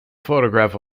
photograph